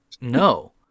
no